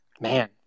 Man